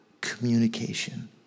communication